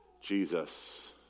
Jesus